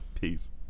Peace